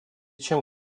чем